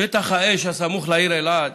שטח אש, הסמוך לעיר אלעד